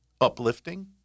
Uplifting